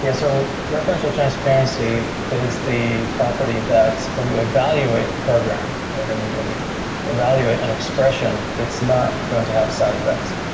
yeah so referential transparency is the property that when you evaluate the program, when you you evaluate an expression, it's not going to have a side effect.